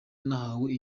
nahawe